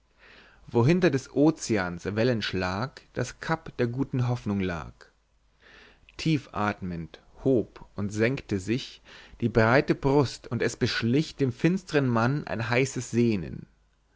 wo hinter des ozeans wellenschlag das cap der guten hoffnung lag tief athmend hob und senkte sich die breite brust und es beschlich den finstern mann ein heißes sehnen